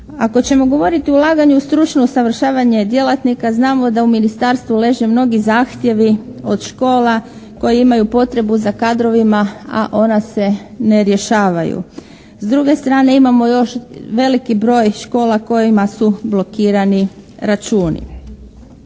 Ako ćemo govoriti o ulaganju u stručno usavršavanje djelatnika znamo da u ministarstvu leže mnogi zahtjevi od škola koje imaju potrebu za kadrovima, a ona se ne rješavaju. S druge strane imamo još veliki broj škola kojima su blokirani računi.